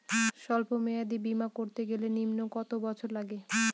সল্প মেয়াদী বীমা করতে গেলে নিম্ন কত বছর লাগে?